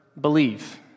believe